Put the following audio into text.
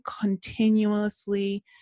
continuously